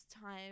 time